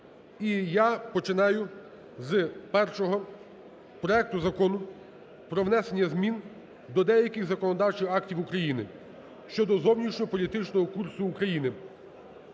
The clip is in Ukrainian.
І я починаю з першого проекту Закону про внесення змін до деяких законодавчих актів України (щодо зовнішньополітичного курсу України)(6470).